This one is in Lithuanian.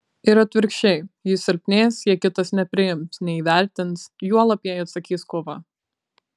ir atvirkščiai ji silpnės jei kitas nepriims neįvertins juolab jei atsakys kova